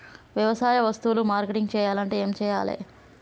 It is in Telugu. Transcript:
వ్యవసాయ వస్తువులు మార్కెటింగ్ చెయ్యాలంటే ఏం చెయ్యాలే?